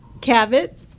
Cabot